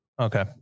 Okay